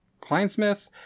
Kleinsmith